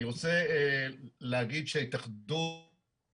אני רוצה להגיד שההתאחדות